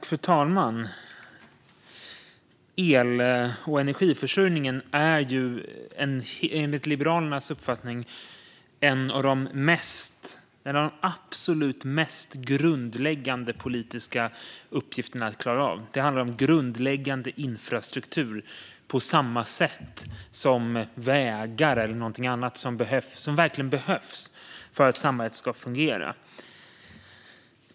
Fru talman! El och energiförsörjningen är enligt Liberalernas uppfattning en av de absolut mest grundläggande politiska uppgifterna att klara av. Det handlar om grundläggande infrastruktur, på samma sätt som vägar eller något annat som verkligen behövs för att samhället ska fungera.